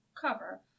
cover